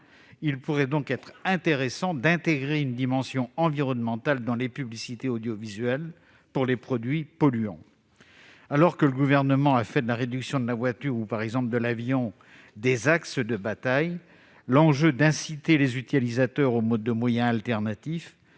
il pourrait être intéressant d'intégrer une dimension environnementale dans les publicités audiovisuelles pour les produits polluants. Alors que le Gouvernement a fait de la réduction de la place de la voiture, ou encore de l'avion, des axes de bataille, inciter leurs utilisateurs à des modes de